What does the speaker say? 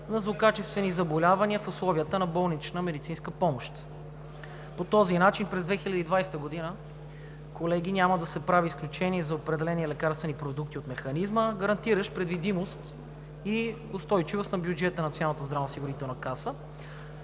на злокачествени заболявания в условията на болнична медицинска помощ. По този начин през 2020 г., колеги, няма да се прави изключение за определени лекарствени продукти от механизма, гарантиращ предвидимост и устойчивост на бюджета на